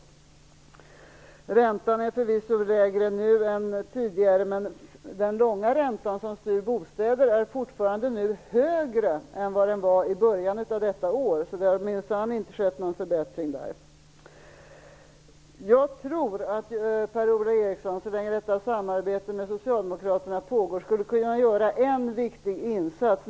Räntan är nu förvisso lägre än den tidigare var. Men den långa räntan, vilken styr bostäderna, är fortfarande högre än den var i början av året. Där har det minsann inte skett någon förbättring! Jag tror att Per-Ola Eriksson, så länge samarbetet med Socialdemokraterna pågår, skulle kunna göra en viktig insats.